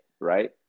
right